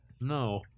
no